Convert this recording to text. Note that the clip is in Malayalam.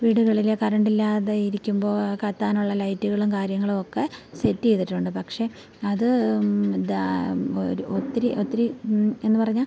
വീടുകളിൽ കരണ്ടില്ലാതെ ഇരിക്കുമ്പോൾ കത്താനുള്ള ലൈറ്റുകളും കാര്യങ്ങളുമൊക്കെ സെറ്റ് ചെയ്തിട്ടുണ്ട് പക്ഷെ അത് ഒരു ഒത്തിരി ഒത്തിരി എന്ന് പറഞ്ഞാൽ